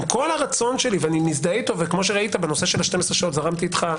עם כל הרצון שלי ואני מזדהה איתו ובנושא של 12 שעות זרמתי איתך,